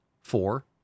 four